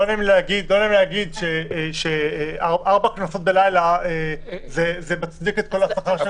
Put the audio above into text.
לא נעים לי להגיד שארבע קנסות בלילה מצדיק את זה,